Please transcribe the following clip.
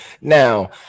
Now